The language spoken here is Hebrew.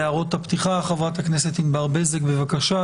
חברת הכנסת ענבר בזק, בבקשה.